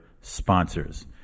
sponsors